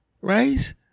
right